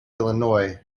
illinois